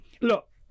Look